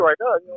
right